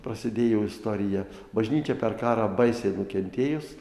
prasidėjo istorija bažnyčia per karą baisiai nukentėjus